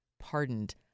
pardoned